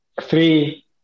three